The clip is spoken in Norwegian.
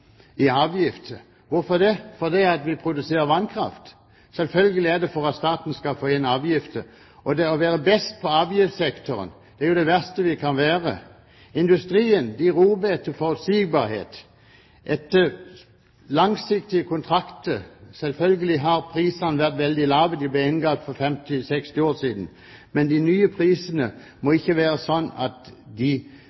å være best på avgiftssektoren er jo det verste vi kan være. Industrien roper etter forutsigbarhet, etter langsiktige kontrakter. Selvfølgelig har prisene vært veldig lave – de ble inngått for 50–60 år siden – men de nye prisene må